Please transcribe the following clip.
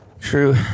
True